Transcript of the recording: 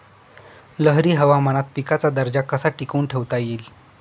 लहरी हवामानात पिकाचा दर्जा कसा टिकवून ठेवता येईल?